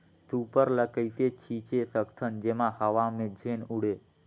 Super ल कइसे छीचे सकथन जेमा हवा मे झन उड़े?